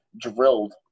drilled